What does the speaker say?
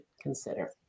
consider